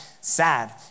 sad